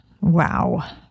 wow